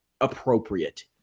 appropriate